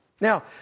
Now